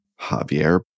Javier